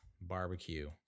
barbecue